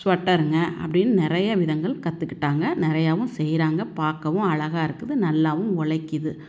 ஸ்வெட்டருங்க அப்படின்னு நிறைய விதங்கள் கற்றுக்கிட்டாங்க நிறையாவும் செய்கிறாங்க பார்க்கவும் அழகாக இருக்குது நல்லாவும் ஒழைக்கிது